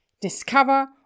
Discover